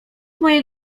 mojej